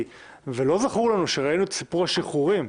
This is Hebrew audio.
ולא זכור לנו שראינו את סיפור השחרורים.